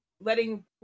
letting